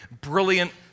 brilliant